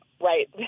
right